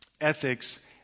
ethics